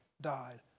died